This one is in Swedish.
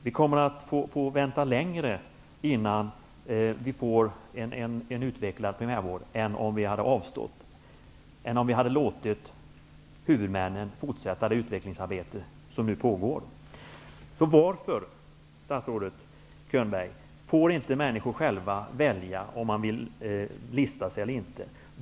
Vi kommer att få vänta längre innan vi får en utvecklad primärvård än om vi hade avstått från att införa detta system, än om vi hade låtit huvudmännen fortsätta det utvecklingsarbete som nu pågår. Varför får inte människor själva välja om de vill lista sig eller inte, statsrådet Könberg?